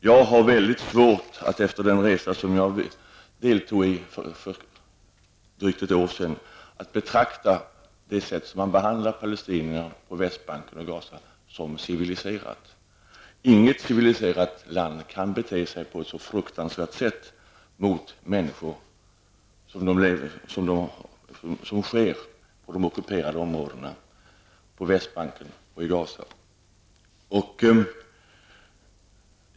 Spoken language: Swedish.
Jag har, efter den resa jag deltog i för drygt ett år sedan, mycket svårt att betrakta behandlingen av palestinier på Västbanken och i Gaza som civiliserad. Inget civiliserat land kan behandla människor på ett så fruktansvärt sätt som Israel behandlar palestinier på i de ockuperade områdena, på Västbanken och i Gaza.